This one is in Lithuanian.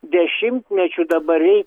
dešimtmečių dabar reiks